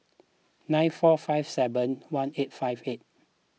nine four five seven one eight five eight